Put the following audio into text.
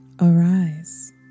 Arise